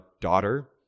daughter